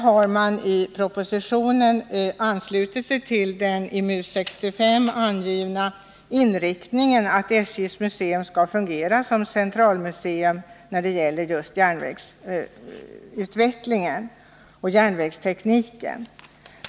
Man har i propositionen anslutit sig till den i MUS 65 angivna inriktningen att SJ:s museum skall fungera som centralmuseum när det gäller just järnvägsutvecklingen och järnvägstekniken.